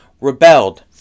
rebelled